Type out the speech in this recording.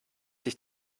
sich